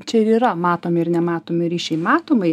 čia ir yra matomi ir nematomi ryšiai matomai